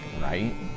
right